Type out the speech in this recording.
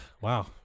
wow